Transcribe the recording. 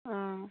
অঁ